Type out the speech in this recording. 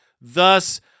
Thus